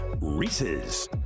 Reese's